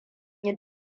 yin